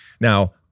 Now